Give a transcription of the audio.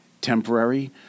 temporary